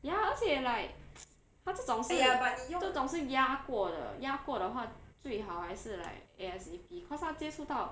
ya 而且 like 它这种是这种是压过的压过的话最好还是 like A_S_A_P because 它接触到